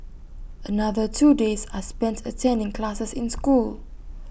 another two days are spent attending classes in school